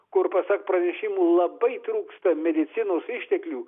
kur pasak pranešimų labai trūksta medicinos išteklių